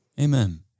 Amen